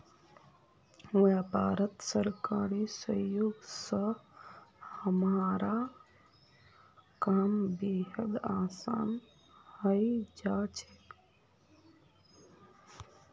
व्यापारत सरकारी सहयोग स हमारा काम बेहद आसान हइ जा छेक